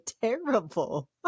terrible